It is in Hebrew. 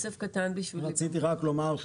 רציתי רק לומר,